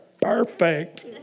perfect